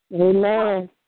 Amen